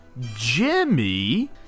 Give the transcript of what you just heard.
Jimmy